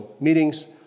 meetings